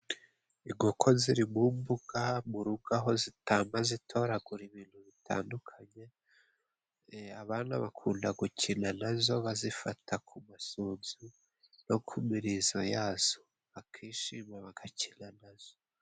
Inkoko ziri mu mbuga mu rugo aho zitamba zitoragura ibintu bitandukanye, abana bakunda gukina nazo bazifata ku masunzu no ku mirizo yazo bakishima bagakina nazo.